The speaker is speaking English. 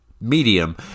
medium